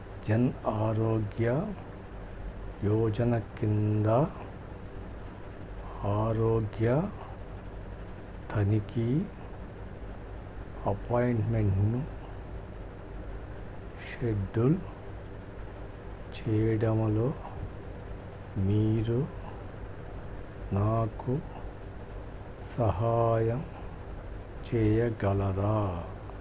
జన్ ఆరోగ్య యోజన కింద ఆరోగ్య తనిఖీ అపాయింట్మెంట్ను షెడ్డుల్ చేయడములో మీరు నాకు సహాయం చేయగలరా